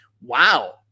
Wow